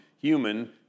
human